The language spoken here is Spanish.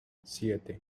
siete